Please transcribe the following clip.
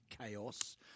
chaos